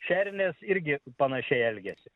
šernės irgi panašiai elgiasi